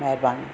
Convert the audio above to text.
महिरबानी